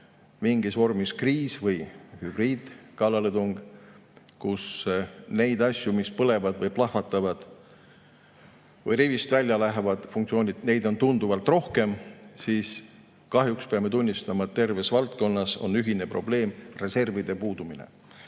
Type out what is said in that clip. mingis vormis kriis või hübriidkallaletung, kus neid asju, mis põlevad, plahvatavad või rivist välja lähevad, on tunduvalt rohkem, siis kahjuks peame tunnistama, et terves valdkonnas on ühine probleem: reservide puudumine.